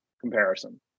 comparison